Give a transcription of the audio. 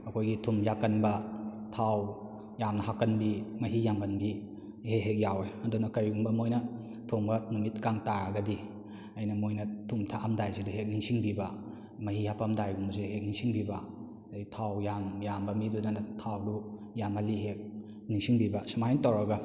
ꯑꯩꯈꯣꯏꯒꯤ ꯊꯨꯝ ꯌꯥꯛꯀꯟꯕ ꯊꯥꯎ ꯌꯥꯝꯅ ꯍꯥꯞꯀꯟꯕꯤ ꯃꯍꯤ ꯌꯥꯝꯒꯟꯕꯤ ꯍꯦꯛ ꯍꯦꯛ ꯌꯥꯎꯏ ꯑꯗꯨꯅ ꯀꯔꯤꯒꯨꯝꯕ ꯃꯣꯏꯅ ꯊꯣꯡꯕ ꯅꯨꯃꯤꯠꯀ ꯇꯥꯔꯒꯗꯤ ꯑꯩꯅ ꯃꯣꯏꯅ ꯊꯨꯝ ꯊꯥꯛꯑꯝꯗꯥꯏꯁꯤꯗ ꯍꯦꯛ ꯅꯤꯡꯁꯤꯡꯕꯤꯕ ꯃꯍꯤ ꯍꯥꯞꯄꯝꯗꯥꯏꯒꯨꯝꯕꯁꯦ ꯍꯦꯛ ꯅꯤꯡꯁꯤꯡꯕꯤꯕ ꯑꯗꯨꯗꯩ ꯊꯥꯎ ꯌꯥꯝꯕ ꯃꯤꯗꯨꯗꯅ ꯊꯥꯎꯗꯣ ꯌꯥꯝꯃꯜꯂꯤ ꯍꯦꯛ ꯅꯤꯡꯁꯤꯡꯕꯤꯕ ꯁꯨꯃꯥꯏꯅ ꯇꯧꯔꯒ